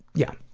yeah.